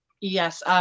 Yes